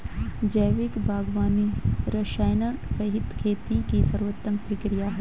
जैविक बागवानी रसायनरहित खेती की सर्वोत्तम प्रक्रिया है